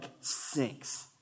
sinks